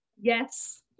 Yes